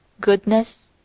Goodness